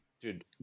dude